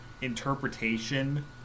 interpretation